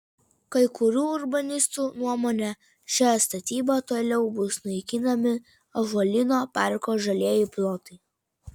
kai kurių urbanistų nuomone šia statyba toliau bus naikinami ąžuolyno parko žalieji plotai